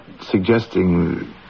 suggesting